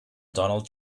donald